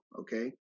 okay